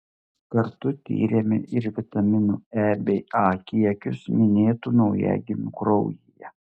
kartu tyrėme ir vitaminų e bei a kiekius minėtų naujagimių kraujyje